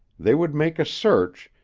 they would make a search,